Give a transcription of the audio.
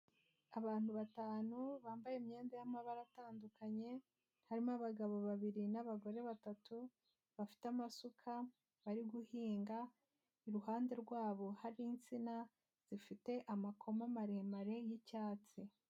Abantu batanu, bambaye imyenda y'amabara atandukanye, harimo abagabo babiri n'abagore batatu bafite amasuka bari guhinga iruhande rwabo; hari insina zifite amakoma maremare y'icyatsi.